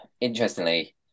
interestingly